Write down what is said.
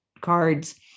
cards